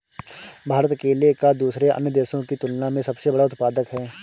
भारत केले का दूसरे अन्य देशों की तुलना में सबसे बड़ा उत्पादक है